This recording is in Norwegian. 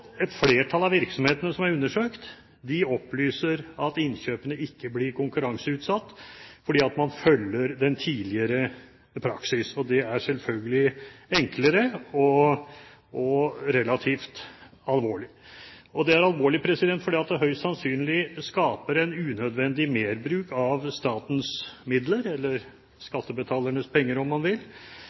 Et flertall av virksomhetene som er undersøkt, opplyser at innkjøpene ikke blir konkurranseutsatt fordi man følger den tidligere praksis. Det er selvfølgelig enklere og relativt alvorlig. Det er alvorlig, for høyst sannsynlig skaper det en unødvendig merbruk av statens midler – eller skattebetalernes penger, om man vil.